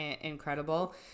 incredible